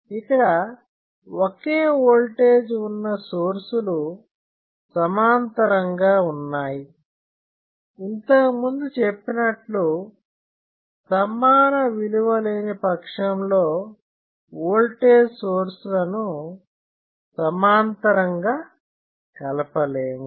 ఇక్కడ ఓకే ఓల్టేజ్ ఉన్న సోర్సులు సమాంతరంగా ఉన్నాయి ఇంతకు ముందు చెప్పినట్లు సమాన విలువ లేని పక్షంలో ఓల్టేజ్ సోర్స్ లను సమాంతరంగా కలపలేము